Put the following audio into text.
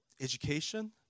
education